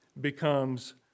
becomes